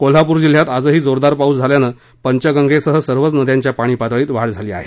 कोल्हापूर जिल्ह्यात आजही जोरदार पाऊस झाल्यानं पंचगंगेसह सर्वच नद्यांच्या पाणी पातळीत वाढ झाली आहे